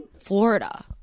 Florida